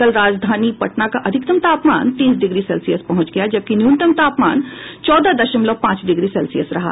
कल राजधानी पटना का अधिकतम तापमान तीस डिग्री सेल्सियस पहुंच गया जबकि न्यूनतम तापमान चौदह दशमलव पांच डिग्री सेल्सियस रहा